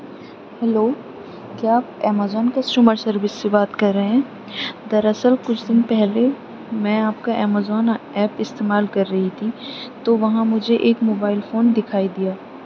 hello کیا آپ Amazon customers service سے بات کر رہے ہیں دراصل کچھ دن پہلے میں آپ کا امیزون ایپ استعمال کر رہی تھی تو وہاں مجھے ایک موبائل فون دکھائی دیا